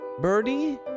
Birdie